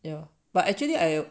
ya but actually I